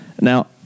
Now